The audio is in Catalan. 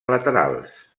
laterals